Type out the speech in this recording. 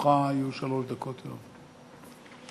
לרשותך יהיו שלוש דקות, יואב.